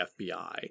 FBI